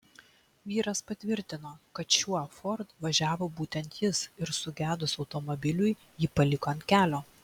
vyras patvirtino kad šiuo ford važiavo būtent jis ir sugedus automobiliui jį paliko ant kelio